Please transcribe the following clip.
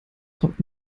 kommt